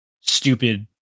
stupid